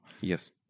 Yes